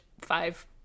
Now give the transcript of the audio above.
five